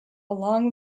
along